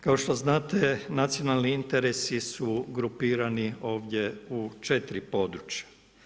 Kao što znate nacionalni interesi su grupirani ovdje u četiri područja.